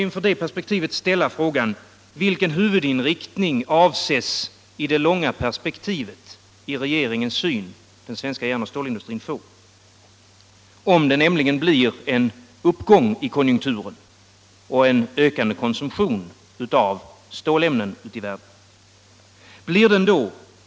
Inför det perspektivet måste man ställa frågan: Vilken huvudinriktning avser regeringen i det långa perspektivet att svensk järnoch stålindustri skall få, om det blir en uppgång i konjunkturen och en ökande konsumtion av stålämnen ute i världen?